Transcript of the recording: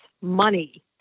money